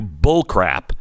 bullcrap